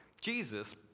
Jesus